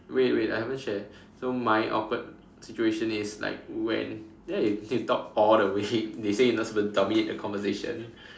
wait wait I haven't share so my awkward situation is like when ya they talk all the way they say you are not supposed to dominate the conversation